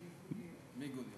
מיגוניות.